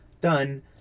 done